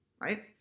right